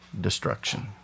destruction